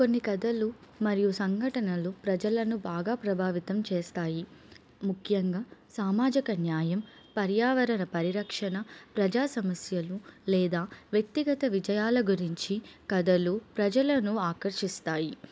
కొన్ని కథలు మరియు సంఘటనలు ప్రజలను బాగా ప్రభావితం చేస్తాయి ముఖ్యంగా సామాజిక న్యాయం పర్యావరణ పరిరక్షణ ప్రజా సమస్యలు లేదా వ్యక్తిగత విజయాల గురించి కథలు ప్రజలను ఆకర్షిస్తాయి